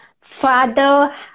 father